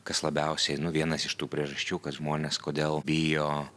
kas labiausiai nu vienas iš tų priežasčių kad žmonės kodėl bijo